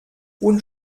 und